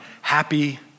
happy